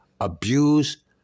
abuse